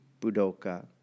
Budoka